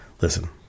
listen